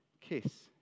kiss